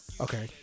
Okay